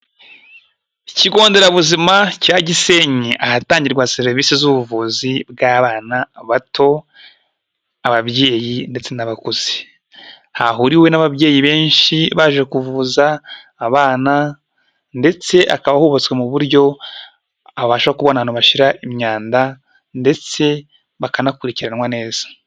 Ikigo nderabuzima cya Gisenyi, ahatangirwa serivisi z'ubuvuzi bw'abana bato, ababyeyi, ndetse n'abakuze, hahuriwe n'ababyeyi benshi baje kuvuza abana ndetse akaba hubatswe mu buryo babasha kubona ahantu bashyira imyanda, ndetse bakanakurikiranwa neza.